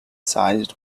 sized